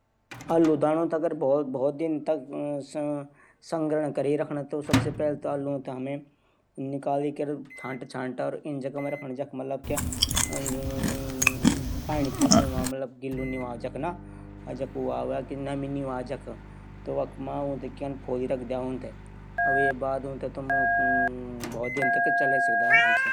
कुछ व्यंजन छन जू मेथे बहुत पंशद छन पर बहुत महंगा छन। उंकू नाम चा पालक पनीर मसरूम। चिकन।